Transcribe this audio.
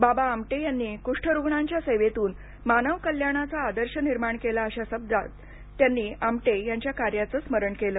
बाबा आमटे यांनी कुष्ठरुग्णांच्या सेवेतून मानवकल्याणाचा आदर्श निर्माण केला अशा शब्दात त्यांनी आमटे यांच्या कार्याचं स्मरण केलं